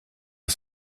ist